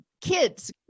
kids